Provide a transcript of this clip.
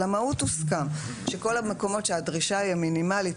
על המהות הוסכם שכול המקומות שהדרישה היא המינימאלית